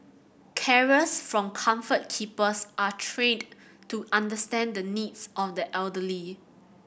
carers from Comfort Keepers are trained to understand the needs of the elderly